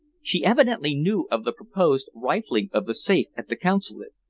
she evidently knew of the proposed rifling of the safe at the consulate.